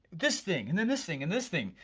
this thing, and then this thing and this thing.